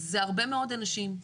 זה הרבה מאוד אנשים.